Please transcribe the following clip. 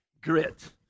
grit